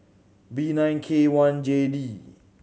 B nine K one J D